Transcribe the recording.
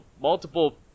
multiple